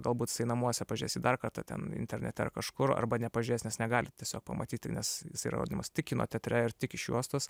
galbūt jisai namuose pažiūrės jį dar kartą ten internete ar kažkur arba nepažiūrės nes negali tiesiog pamatyti nes jisai rodomas tik kino teatre ir tik iš juostos